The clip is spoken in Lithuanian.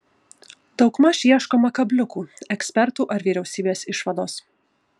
daugmaž ieškoma kabliukų ekspertų ar vyriausybės išvados